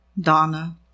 Donna